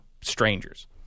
strangers